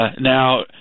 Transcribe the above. Now